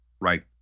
right